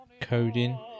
coding